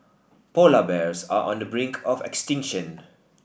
polar bears are on the brink of extinction